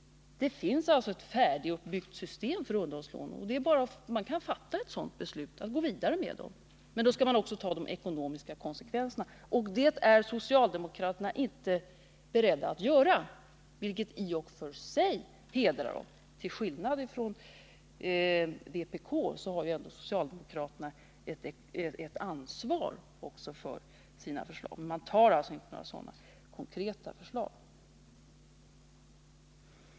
Det finns ett färdiguppbyggt system för underhållslånen, och man kan fatta ett beslut om att gå vidare med dem. Men då skall man också ta de ekonomiska konsekvenserna av det. Och det är socialdemokraterna inte beredda att göra, vilket i och för sig hedrar dem. Till skillnad från vpk känner socialdemokraterna också ett ansvar för sina förslag, och man framlägger alltså inte några sådana konkreta förslag.